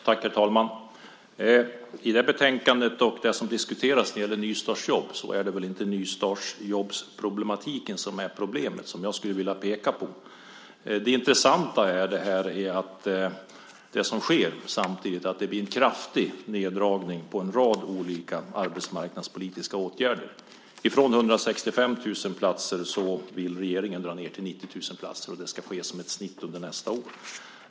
Herr talman! I det här betänkandet och det som diskuteras när det gäller nystartsjobb så är det väl inte nystartsjobbsproblematiken som är det problem som jag skulle vilja peka på. Det intressanta i det här är att det som sker samtidigt är en kraftig neddragning på en rad olika arbetsmarknadspolitiska åtgärder. Från 165 000 platser vill regeringen dra ned antalet till 90 000 platser, och det ska ske som ett snitt under nästa år.